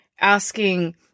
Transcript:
asking